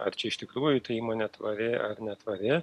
ar čia iš tikrųjų ta įmonė tvari ar netvari